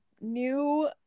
new